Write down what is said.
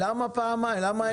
למה פעמיים, למה אין שיטה?